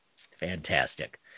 Fantastic